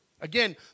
Again